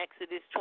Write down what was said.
Exodus